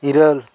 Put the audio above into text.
ᱤᱨᱟ ᱞ